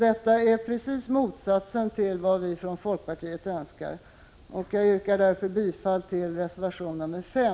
Detta är precis motsatsen till vad vi från folkpartiet önskar. Jag yrkar därför bifall till reservation 5.